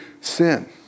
Sin